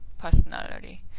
personality